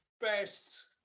best